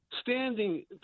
standing